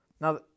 Now